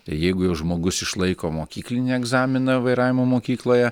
tai jeigu jau žmogus išlaiko mokyklinį egzaminą vairavimo mokykloje